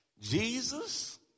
Jesus